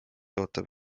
ootab